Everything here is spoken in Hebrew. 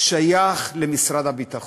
שייך למשרד הביטחון.